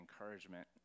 encouragement